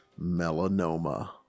Melanoma